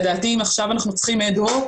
לדעתי אם עכשיו אנחנו צריכים אד-הוק